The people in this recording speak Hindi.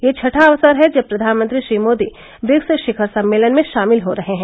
यह छठा अवसर है जब प्रधानमंत्री श्री मोदी ब्रिक्स शिखर सम्मेलन में शामिल हो रहे हैं